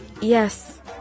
Yes